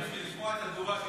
לשמוע את התגובה שלך.